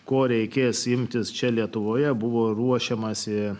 ko reikės imtis čia lietuvoje buvo ruošiamasi